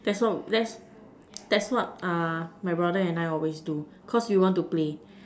that's all that's that's what uh my brother and I always do cause we want to play